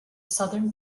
southern